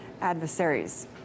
adversaries